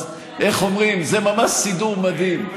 אז איך אומרים, זה ממש סידור מדהים: